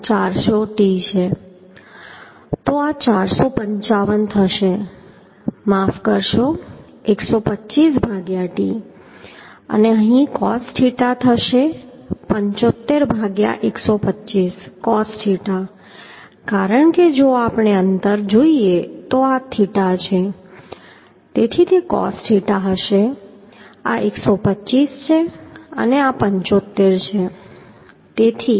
તો આ 455 થશે માફ કરશો 125 ભાગ્યા t અને અહીં cos થીટા થશે 75 ભાગ્યા 125 cos થીટા કારણ કે જો આપણે અંતર જોઈએ તો આ થીટા છે તેથી cos થીટા હશે આ 125 છે અને આ 75 છે